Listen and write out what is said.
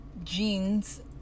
Jeans